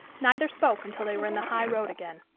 neither spoke until they were in the high road again.